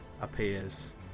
appears